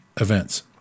events